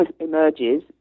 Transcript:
emerges